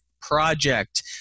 project